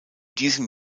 diesem